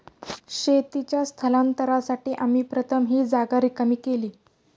शेतीच्या स्थलांतरासाठी आम्ही प्रथम ही जागा रिकामी केली